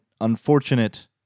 unfortunate